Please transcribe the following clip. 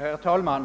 Herr talman!